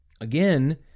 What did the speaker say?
Again